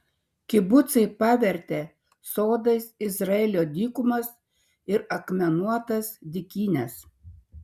kibucai pavertė sodais izraelio dykumas ir akmenuotas dykynes